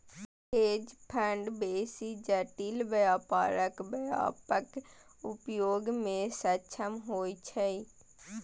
hedge fund बेसी जटिल व्यापारक व्यापक उपयोग मे सक्षम होइ छै